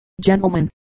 gentlemen